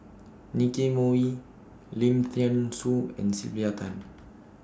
Nicky Moey Lim Thean Soo and Sylvia Tan